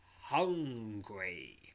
hungry